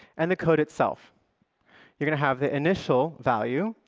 and the code itself you're going to have the initial value,